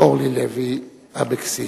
אורלי אבקסיס.